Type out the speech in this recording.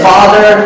Father